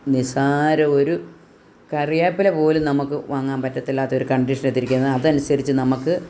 നിസ്സാരം ഒരു കറിയേപ്പില പോലും നമുക്ക് വാങ്ങാൻ പറ്റത്തില്ലാത്ത ഒരു കണ്ടീഷൻ എത്തിയിരിക്കുകയാണ് അതനുസരിച്ച് നമുക്ക്